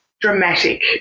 dramatic